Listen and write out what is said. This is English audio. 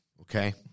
okay